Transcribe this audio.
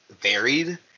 varied